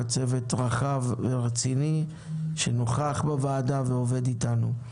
צוות רחב ורציני שנוכח בוועדה ועובד איתנו.